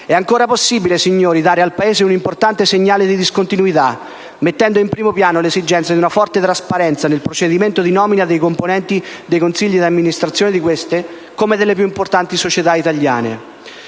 è ancora possibile dare al Paese un importante segnale di discontinuità, mettendo in primo piano l'esigenza di una forte trasparenza nel procedimento di nomina dei componenti dei consigli di amministrazione di queste, come delle più importanti società italiane.